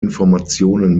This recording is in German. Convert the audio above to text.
informationen